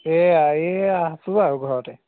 এইয়া এইয়া আছোঁ আৰু ঘৰতে